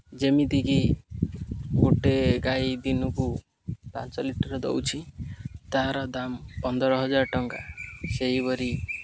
ଯେମିତିକି ଗୋଟେ ଗାଈ ଦିନକୁ ପାଞ୍ଚ ଲିଟର୍ ଦେଉଛି ତା'ର ଦାମ୍ ପନ୍ଦର ହଜାର ଟଙ୍କା ସେହିପରି